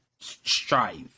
strive